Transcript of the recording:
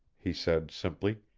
he said, simply.